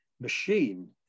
machine